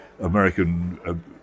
American